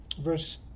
Verse